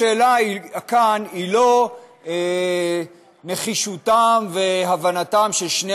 השאלה כאן היא לא נחישותם והבנתם של שני